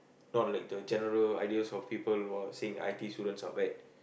not like the general ideas of people who are saying that I_T_E students are bad